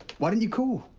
why didn't you call?